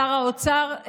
שר האוצר,